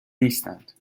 نیستند